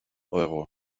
euro